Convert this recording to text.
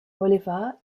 bolivar